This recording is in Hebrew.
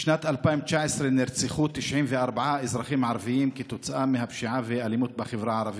בשנת 2019 נרצחו 94 אזרחים ערביים כתוצאה מפשיעה ואלימות בחברה הערבית.